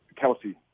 Kelsey